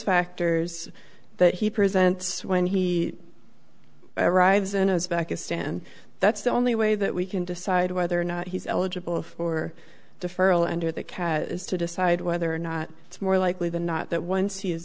factors that he presents when he i arrives in as pakistan that's the only way that we can decide whether or not he's eligible for deferral and or the cat is to decide whether or not it's more likely than not that once he is